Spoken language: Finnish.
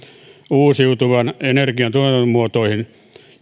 uusiutuvan energian tuotantomuotoihin